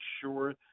sure